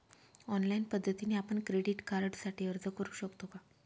Online पद्धतीने आपण credit कार्डसाठी अर्ज करु शकतो का?